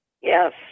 Yes